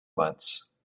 months